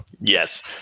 Yes